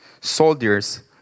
soldiers